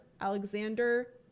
Alexander